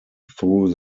through